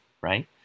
right